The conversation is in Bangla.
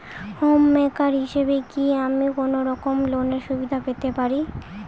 হোম মেকার হিসেবে কি আমি কোনো রকম লোনের সুবিধা পেতে পারি?